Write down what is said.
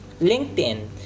LinkedIn